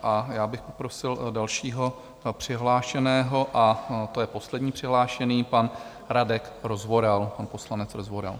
A já bych poprosil dalšího přihlášeného, a to je poslední přihlášený pan Radek Rozvoral, pan poslanec Rozvoral.